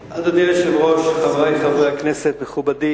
היושב-ראש, חברי חברי הכנסת, מכובדי